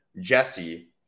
Jesse